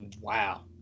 Wow